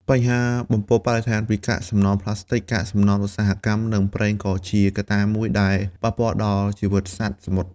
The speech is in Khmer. បញ្ហាបំពុលបរិស្ថានពីកាកសំណល់ប្លាស្ទិក កាកសំណល់ឧស្សាហកម្ម និងប្រេងក៏ជាកត្តាមួយដែលប៉ះពាល់ដល់ជីវិតសត្វសមុទ្រ។